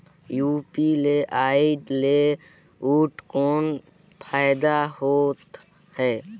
UPI ले अउ कौन फायदा होथ है?